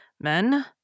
Men